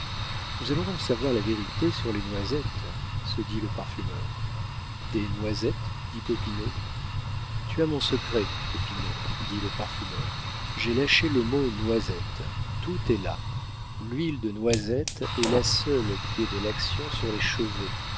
nous allons donc savoir la vérité sur les noisettes se dit le parfumeur des noisettes dit popinot tu as mon secret popinot dit le parfumeur j'ai lâché le mot noisette tout est là l'huile de noisette est la seule qui ait de l'action sur les cheveux